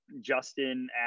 Justin